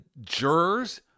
jurors